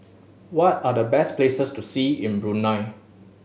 what are the best places to see in Brunei